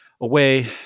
away